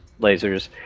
lasers